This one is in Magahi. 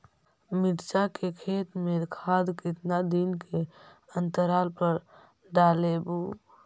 मिरचा के खेत मे खाद कितना दीन के अनतराल पर डालेबु?